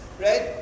right